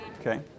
Okay